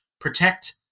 protect